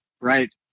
Right